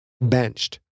Benched